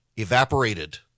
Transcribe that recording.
evaporated